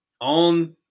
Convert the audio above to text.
on